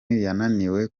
yananiwe